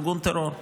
ארגון טרור.